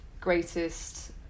greatest